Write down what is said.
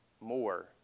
more